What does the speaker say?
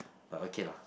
but okay lah